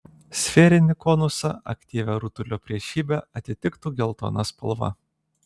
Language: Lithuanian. sferinį konusą aktyvią rutulio priešybę atitiktų geltona spalva